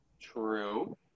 true